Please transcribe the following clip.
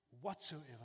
whatsoever